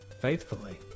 Faithfully